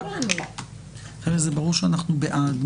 חבר'ה, ברור שאנחנו בעד.